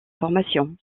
formation